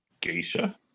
geisha